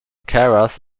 keras